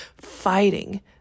fighting